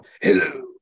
hello